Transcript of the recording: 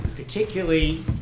particularly